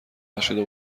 نشده